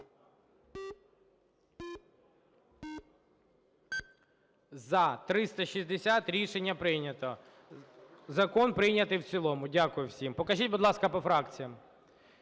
За-360 Рішення прийнято. Закон прийнятий в цілому. Дякую всім. Покажіть, будь ласка, по фракціям.